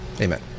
Amen